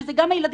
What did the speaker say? שאלה גם הילדים,